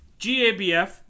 GABF